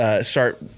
start